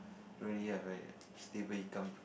really have a stable income